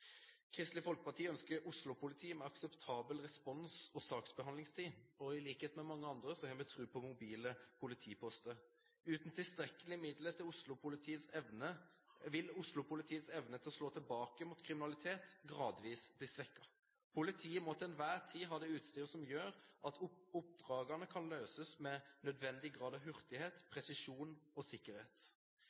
Kristelig Folkeparti ønsker at Oslo-politiet skal ha en akseptabel respons- og saksbehandlingstid, og i likhet med mange andre har vi tro på mobile politiposter. Uten tilstrekkelige midler vil Oslo-politiets evne til å slå tilbake mot kriminalitet gradvis bli svekket. Politiet må til enhver tid ha det utstyret som gjør at oppdragene kan løses med nødvendig grad av hurtighet, presisjon og sikkerhet.